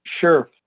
sure